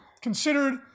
considered